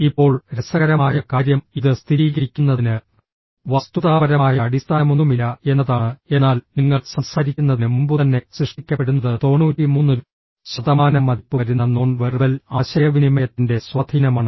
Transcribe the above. ഇപ്പോൾ രസകരമായ കാര്യം ഇത് സ്ഥിരീകരിക്കുന്നതിന് വസ്തുതാപരമായ അടിസ്ഥാനമൊന്നുമില്ല എന്നതാണ് എന്നാൽ നിങ്ങൾ സംസാരിക്കുന്നതിന് മുമ്പുതന്നെ സൃഷ്ടിക്കപ്പെടുന്നത് 93 ശതമാനം മതിപ്പ് വരുന്ന നോൺ വെർബൽ ആശയവിനിമയത്തിന്റെ സ്വാധീനമാണ്